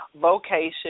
vocation